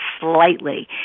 slightly